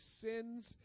sins